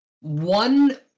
one